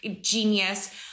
genius